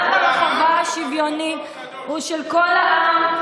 גם ברחבה השוויונית, הכותל הוא של כל העם,